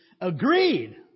agreed